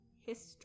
history